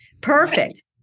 perfect